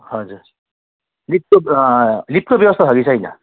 हजुर लिफ्टको लिफ्टको व्यवस्था छ कि छैन